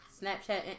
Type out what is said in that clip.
Snapchat